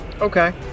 Okay